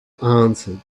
answered